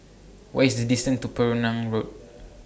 What IS The distance to Penang Road